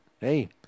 hey